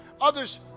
others